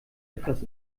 etwas